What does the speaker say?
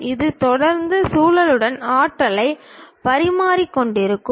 இது தொடர்ந்து சூழலுடன் ஆற்றலைப் பரிமாறிக்கொண்டிருக்கிறது